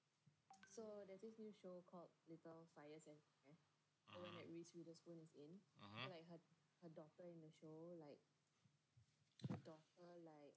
(uh huh) (uh huh)